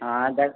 हां बस